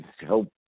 help